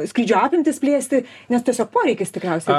skrydžių apimtis plėsti nes tiesiog poreikis tikriausiai